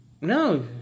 No